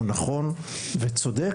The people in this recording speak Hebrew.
הוא נכון וצודק,